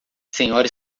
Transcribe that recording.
senhora